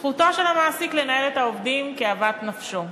זכותו של המעסיק לנהל את העובדים כאוות נפשו,